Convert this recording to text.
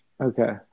Okay